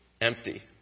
empty